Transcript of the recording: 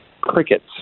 crickets